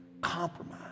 compromise